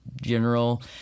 general